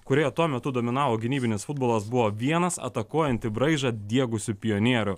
kurioje tuo metu dominavo gynybinis futbolas buvo vienas atakuojantį braižą diegusių pionierių